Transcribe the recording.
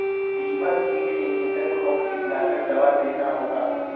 दीमक किट के नियंत्रण कौन कीटनाशक दवा देना होगा?